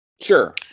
Sure